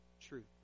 truth